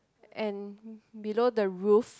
and below the roof